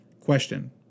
Question